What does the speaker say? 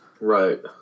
Right